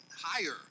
higher